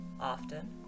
Often